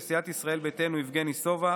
לסיעת ישראל ביתנו: יבגני סובה.